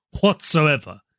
whatsoever